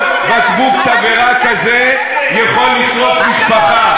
כל בקבוק תבערה כזה יכול לשרוף משפחה.